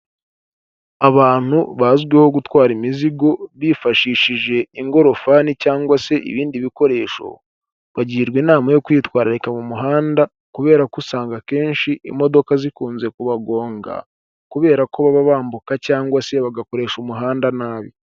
Abantu bazwiho gutwara imizigo bifashishije ingorofani cyangwa se ibindi bikoresho bagirwa inama yo kwitwararika mu muhanda kubera ko usanga akenshi imodoka zikunze kubagonga kubera ko baba bambuka cyangwa se bagakoresha umuhanda nabi.